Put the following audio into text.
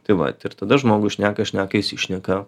tai vat ir tada žmogus šneka šneka išsišneka